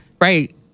Right